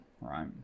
right